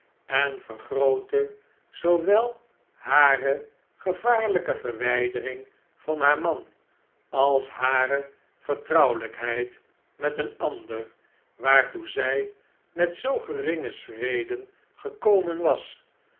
en vergrootte zoowel hare gevaarlijke verwijdering van haar man als hare vertrouwelijkheid met een ander waartoe zy met zoo geringe schreden gekomen was